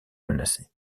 menacée